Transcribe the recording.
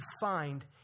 find